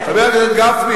חבר הכנסת גפני,